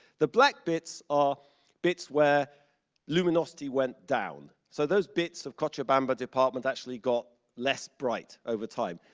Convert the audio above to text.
the black bits are bits where luminosity went down, so those bits of cochabamba department actually got less bright over time.